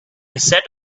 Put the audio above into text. set